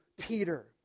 Peter